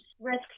Risk